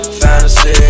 fantasy